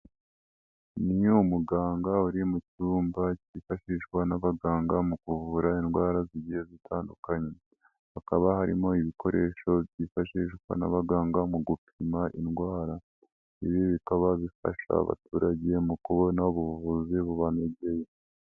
Ni umuganga uri mu cyumba cyifashishwa n'abaganga mu kuvura indwara zigiye zitandukanye. Hakaba harimo ibikoresho byifashishwa n'abaganga mu gupima indwara. Ibi bikaba bifasha abaturage mu kubona ubuvuzi bubanogeye.